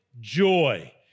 joy